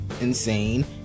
insane